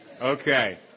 Okay